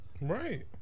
Right